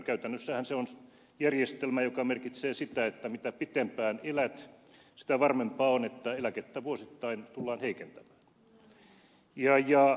käytännössähän se on järjestelmä joka merkitsee sitä että mitä pitempään elät sitä varmempaa on että eläkettä vuosittain tullaan heikentämään